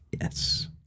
Yes